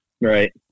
Right